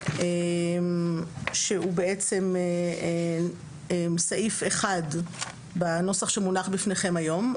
שהוא בעצם סעיף 1 בנוסח שמונח בפניכם היום.